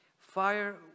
Fire